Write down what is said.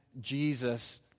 Jesus